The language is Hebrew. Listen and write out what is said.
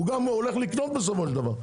הוא הולך לקנות בסופו של דבר,